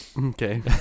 Okay